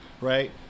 right